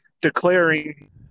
Declaring